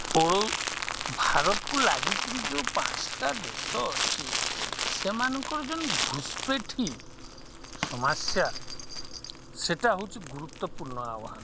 ଭାରତକୁ ଲାଗିକରି ଯେଉଁ ପାଞ୍ଚଟା ଦେଶ ଅଛି ସେମାନଙ୍କର ଯେନ୍ ଘୁଷ୍ପେଠି ସମସ୍ୟା ସେଟା ହେଉଛି ଗୁରୁତ୍ୱପୂର୍ଣ୍ଣ ଆହ୍ୱାନ